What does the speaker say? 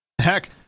Heck